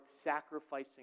sacrificing